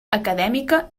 acadèmica